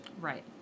right